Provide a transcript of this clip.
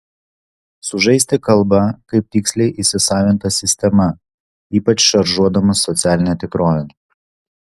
sužaisti kalba kaip tiksliai įsisavinta sistema ypač šaržuodamas socialinę tikrovę